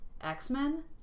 X-Men